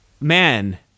Man